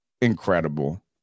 incredible